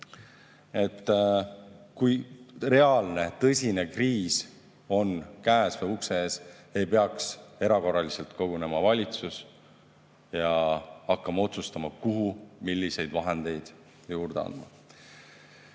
et kui reaalne, tõsine kriis on käes või ukse ees, ei peaks valitsus erakorraliselt kogunema ja hakkama otsustama, kuhu milliseid vahendeid juurde